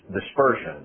dispersion